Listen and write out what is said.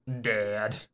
Dad